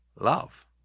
love